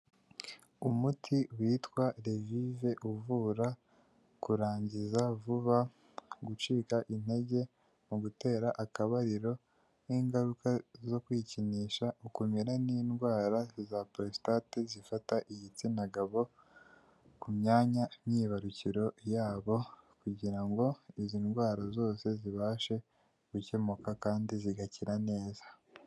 Umuti witwa revive uvura kurangiza vuba gucika intege mu gutera akabariro n'ingaruka zo kwikinisha kunyura n'indwara za porositate zifata igitsina gabo ku myanya myibarukiro yabo, kugira ngo izi ndwara zose zibashe gukemuka kandi zigakira neza.